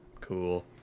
Cool